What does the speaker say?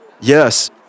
yes